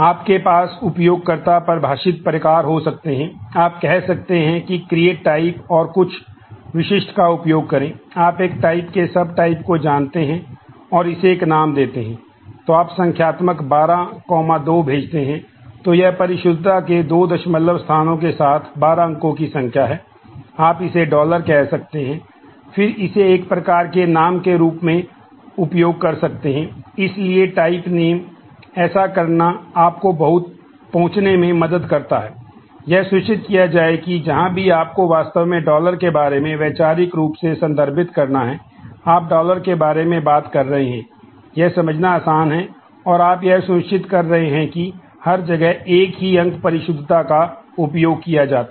आपके पास उपयोगकर्ता परिभाषित प्रकार हो सकते हैं आप कह सकते हैं कि क्रिएट टाइप के बारे में बात कर रहे हैं यह समझना आसान है और आप यह सुनिश्चित कर रहे हैं कि हर जगह एक ही अंक परिशुद्धता का उपयोग किया जाता है